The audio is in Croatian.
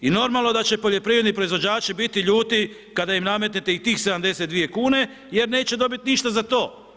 I normalno da će poljoprivredni proizvođači biti ljuti kada im nametnete i tih 72 kune jer neće dobiti ništa za to.